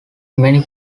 many